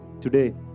Today